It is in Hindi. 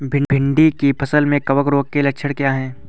भिंडी की फसल में कवक रोग के लक्षण क्या है?